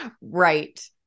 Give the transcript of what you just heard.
Right